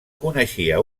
coneixia